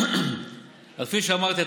כפי שאמרתי,